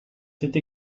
cette